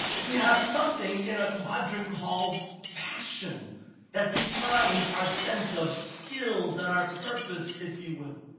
we have something in a quadrant called passion that defines our sense of skills and our purpose, if you will.